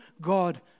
God